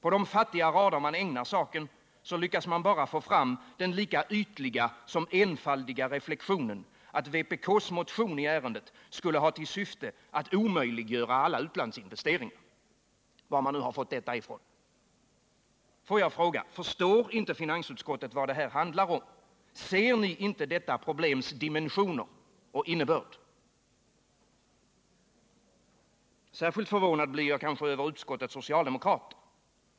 På de fattiga rader man ägnar saken lyckas man endast få fram den lika ytliga som enfaldiga reflexionen att vpk:s motion i ärendet skulle ha till syfte att omöjliggöra alla utlandsinvesteringar — var man nu har fått detta ifrån. Får jag fråga: Förstår inte finansutskottet vad det handlar om? Ser ni inte detta problems dimensioner och innebörd? Särskilt förvånad blir jag över utskottets socialdemokrater.